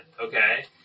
Okay